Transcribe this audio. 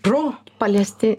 pro palesti